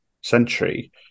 century